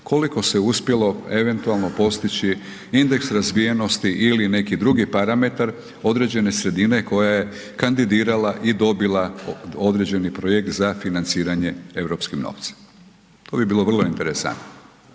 koliko se uspjelo eventualno postići indeksi razvijenosti ili neki drugi parametar određene sredine koje je kandidirala i dobila određeni projekt za financiranje europskim novcem. To bi bilo vrlo interesantno